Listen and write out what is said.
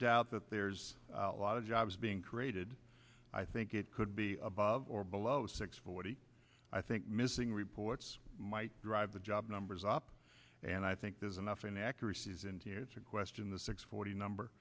doubt that there's a lot of jobs being created i think it could be above or below six forty i think missing reports might drive the job numbers up and i think there's enough inaccuracy it's a question the six forty number